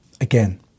again